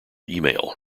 email